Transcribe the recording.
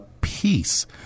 peace